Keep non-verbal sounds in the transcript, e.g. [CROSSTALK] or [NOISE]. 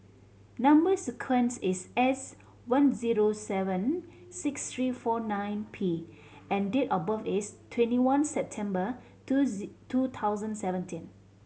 number sequence is S one zero seven six three four nine P and date of birth is twenty one September two [UNINTELLIGIBLE] two thousand seventeen